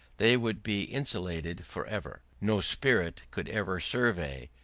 they would be insulated for ever no spirit could ever survey,